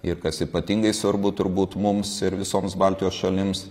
ir kas ypatingai svarbu turbūt mums ir visoms baltijos šalims